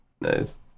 Nice